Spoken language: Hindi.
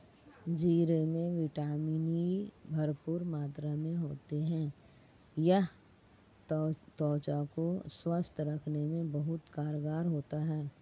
जीरे में विटामिन ई भरपूर मात्रा में होता है यह त्वचा को स्वस्थ रखने में बहुत कारगर होता है